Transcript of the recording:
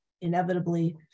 inevitably